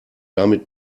damit